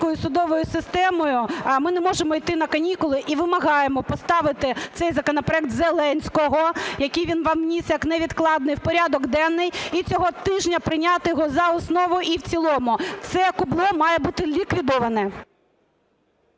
судовою системою ми не можемо йти на канікули і вимагаємо поставити цей законопроект Зеленського, який він вам вніс як невідкладний, в порядок денний і цього тижня прийняти його за основу і в цілому. Це кубло має бути ліквідоване.